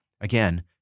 again